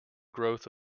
growth